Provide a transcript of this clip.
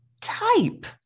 type